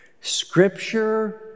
Scripture